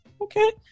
Okay